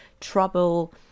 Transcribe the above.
trouble